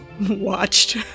watched